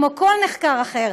כמו כל נחקר אחר.